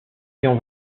ayant